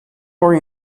more